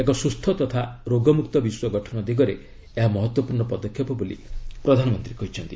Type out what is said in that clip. ଏକ ସୁସ୍ଥ ତଥା ରୋଗମୁକ୍ତ ବିଶ୍ୱ ଗଠନ ଦିଗରେ ଏହା ମହତ୍ୱପୂର୍ଣ୍ଣ ପଦକ୍ଷେପ ବୋଲି ପ୍ରଧାନମନ୍ତ୍ରୀ କହିଛନ୍ତି